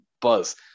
buzz